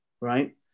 right